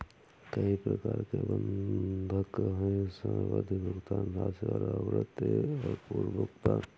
कई प्रकार के बंधक हैं, सावधि, भुगतान राशि और आवृत्ति और पूर्व भुगतान